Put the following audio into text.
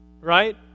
Right